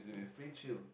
it's pretty chill